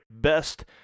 best